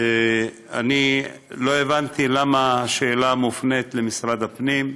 אני לא הבנתי למה השאלה מופנית למשרד הפנים,